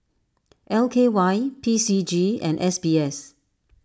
L K Y P C G and S B S